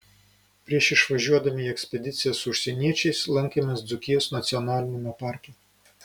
prieš išvažiuodami į ekspediciją su užsieniečiais lankėmės dzūkijos nacionaliniame parke